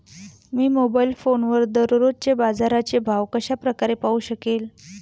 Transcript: मी mobile फोनवर दररोजचे बाजाराचे भाव कशा प्रकारे पाहू शकेल?